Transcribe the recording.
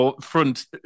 front